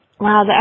Wow